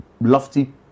Lofty